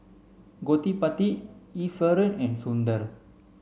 Gottipati Iswaran and Sundar